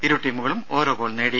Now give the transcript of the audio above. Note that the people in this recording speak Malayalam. ഇരു ടീമുകളും ഓരോ ഗോൾ നേടി